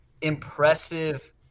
impressive